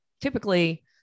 typically